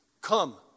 Come